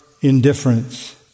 indifference